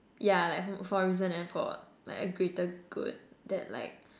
yeah like for a reason and for like a greater good that like